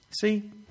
See